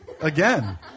again